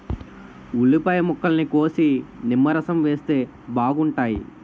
ఉల్లిపాయ ముక్కల్ని కోసి నిమ్మరసం వేస్తే బాగుంటాయి